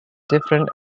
different